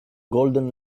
golden